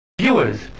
Viewers